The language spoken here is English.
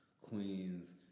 Queens